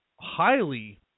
highly